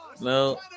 No